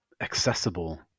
accessible